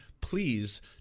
please